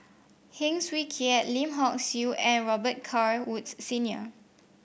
Heng Swee Keat Lim Hock Siew and Robet Carr Woods Senior